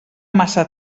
massa